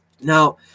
Now